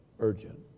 Urgent